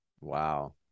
Wow